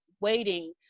waiting